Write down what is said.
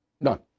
None